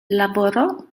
lavorò